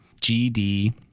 GD